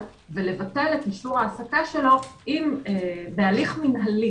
ולבטל את אישור ההעסקה שלהם בהליך מנהלי,